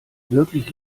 wirklich